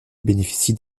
bénéficient